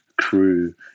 crew